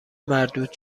مردود